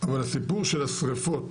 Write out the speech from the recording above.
אבל הסיפור של השריפות